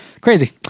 Crazy